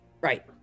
right